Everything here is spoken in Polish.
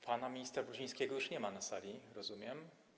Pana ministra Brudzińskiego już nie ma na sali, rozumiem.